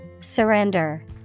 Surrender